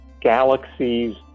galaxies